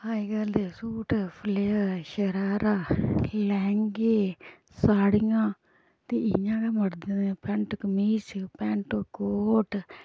अज्जकल दे suit flare sharara लैंह्गे साड़ियां ते इ'यां गै मड़दे दा पैन्ट कमीज पैन्ट कोट